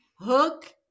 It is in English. hook